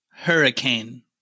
Hurricane